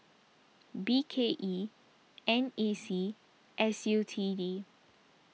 B K E N A C S U T D